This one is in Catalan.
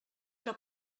que